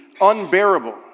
unbearable